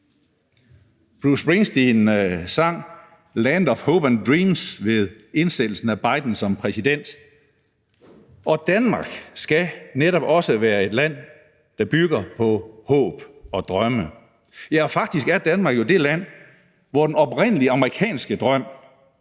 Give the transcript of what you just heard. Bruce Springsteen sang »Land of Hope and Dreams« ved indsættelsen af Biden som præsident, og Danmark skal netop også være et land, der bygger på håb og drømme. Ja, faktisk er Danmark jo det land, hvor den oprindelige amerikanske drøm